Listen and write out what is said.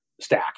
stack